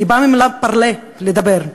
באה מהמילה parler, לדבר.